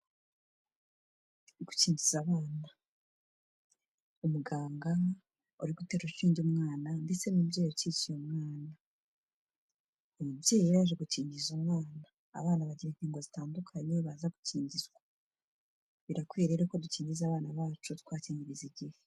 Gukingiza abana, umuganga uri gutera urushinge umwana ndetse n'umubyeyi ukikiye umwana, umubyeyi yaraje gukingiza umwana abana. Abana bagira inkingo zitandukanye baza gukingizwa, birakwiye rero ko dukingiza abana bacu tubakingiriza igihe.